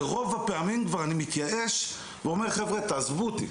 ברוב הפעמים כבר אני מתייאש ואומר חבר'ה תעזבו אותי,